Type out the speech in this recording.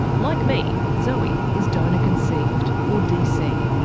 like me, zoe is donor conceived or dc.